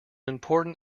important